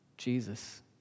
Jesus